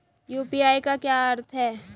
UPI का क्या अर्थ है?